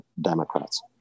Democrats